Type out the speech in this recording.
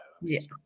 yes